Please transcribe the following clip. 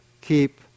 keep